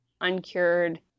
uncured